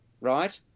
right